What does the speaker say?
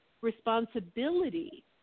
responsibility